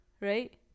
right